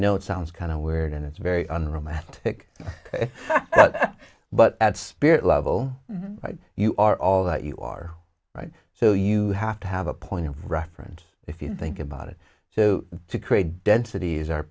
know it sounds kind of weird and it's very unromantic but at spirit level right you are all that you are right so you have to have a point of reference if you think about it so to create density is our